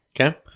Okay